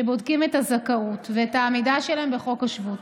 שבודקים את הזכאות ואת העמידה שלהם בחוק השבות.